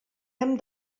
hem